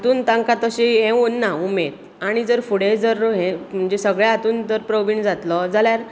हातूंत तांकां तशें हें उरना उमेद आनी जर फुडें जर हें म्हणजे सगळ्या हातूंत जर प्रविण जातलो जाल्यार